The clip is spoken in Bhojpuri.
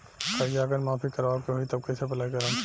कर्जा अगर माफी करवावे के होई तब कैसे अप्लाई करम?